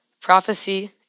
Prophecy